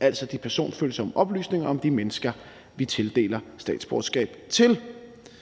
altså de personfølsomme oplysninger om de mennesker, vi tildeler statsborgerskab.